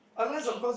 okay